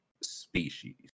species